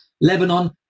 Lebanon